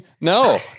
No